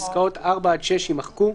פסקאות (4) עד (6) ־ יימחקו.